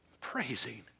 praising